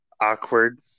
awkward